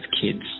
kids